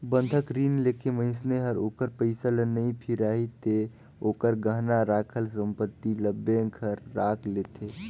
बंधक रीन लेके मइनसे हर ओखर पइसा ल नइ फिराही ते ओखर गहना राखल संपति ल बेंक हर राख लेथें